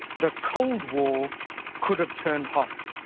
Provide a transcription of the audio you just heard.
the cold war could've turned hot,